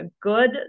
good